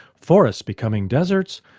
forests becoming deserts,